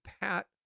Pat